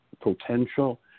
potential